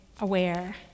aware